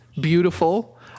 beautiful